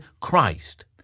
Christ